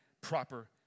proper